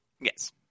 yes